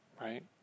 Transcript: right